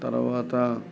తర్వాత